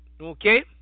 okay